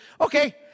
okay